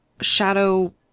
shadow